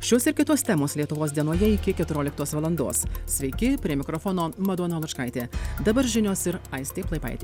šios ir kitos temos lietuvos dienoje iki keturioliktos valandos sveiki prie mikrofono madona lučkaitė dabar žinios ir aistė plaipaitė